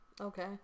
okay